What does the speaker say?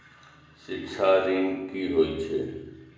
शिक्षा ऋण की होय छै?